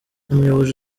umuyobozi